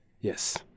yes